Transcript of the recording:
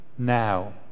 Now